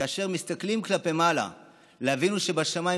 כאשר מסתכלים כלפי מעלה אל אבינו שבשמיים